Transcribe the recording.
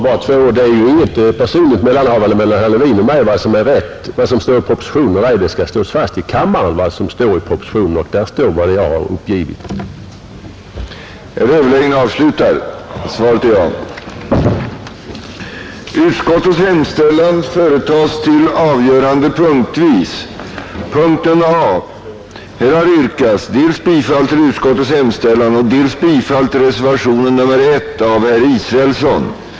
Vad som står i propositionen eller ej är inget personligt mellanhavande mellan herr Levin och mig — det skall slås fast i kammaren vad som där avses, Och jag vidhåller vad jag uppgivit om den här saken.